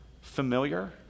familiar